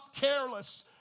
careless